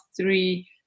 three